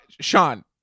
Sean